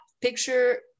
picture